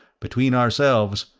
between ourselves,